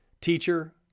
Teacher